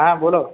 હા બોલો